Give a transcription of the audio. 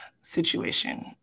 situation